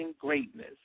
greatness